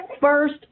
first